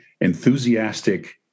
enthusiastic